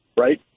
right